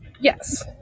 Yes